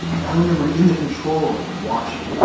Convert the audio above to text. and i remember in the control room, watching,